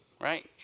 right